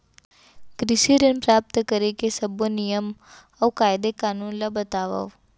कृषि ऋण प्राप्त करेके सब्बो नियम अऊ कायदे कानून ला बतावव?